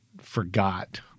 forgot